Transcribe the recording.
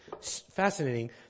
fascinating